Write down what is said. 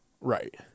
Right